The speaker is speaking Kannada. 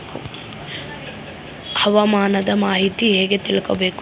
ಹವಾಮಾನದ ಮಾಹಿತಿ ಹೇಗೆ ತಿಳಕೊಬೇಕು?